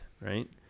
right